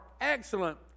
excellent